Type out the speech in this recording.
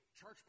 church